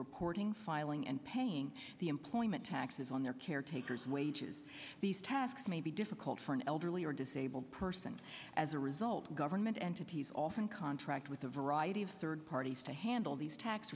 reporting filing and paying the employment taxes on their caretakers wages these tasks may be difficult for an elderly or disabled person as a result of government entities often contract with a variety of third parties to handle these tax